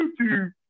YouTube